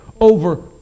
over